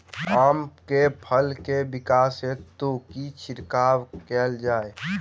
आम केँ फल केँ विकास हेतु की छिड़काव कैल जाए?